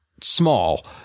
small